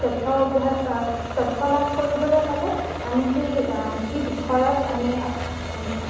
তথ্য তথ্য লাভ কৰিবলৈ হ'লে আমি সেই যি বিষয়ত আমি